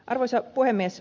arvoisa puhemies